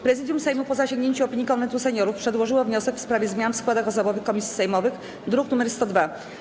Prezydium Sejmu, po zasięgnięciu opinii Konwentu Seniorów, przedłożyło wniosek w sprawie zmian w składach osobowych komisji sejmowych, druk nr 102.